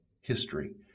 history